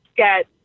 get